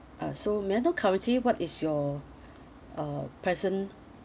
uh so may I know currently what is your uh present